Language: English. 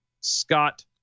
Scott